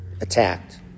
attacked